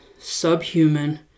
subhuman